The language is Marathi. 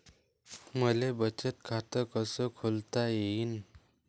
मले बचत खाते कसं खोलता येईन?